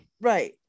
Right